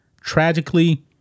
Tragically